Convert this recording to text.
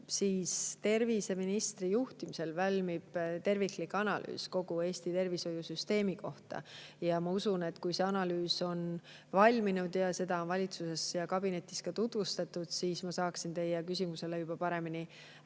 terviseministri juhtimisel valmib terviklik analüüs kogu Eesti tervishoiusüsteemi kohta. Ma usun, et kui see analüüs on valminud ja seda on valitsuskabinetis ka tutvustatud, siis ma saan teie küsimusele juba paremini